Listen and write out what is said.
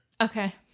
Okay